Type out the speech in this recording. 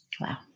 Wow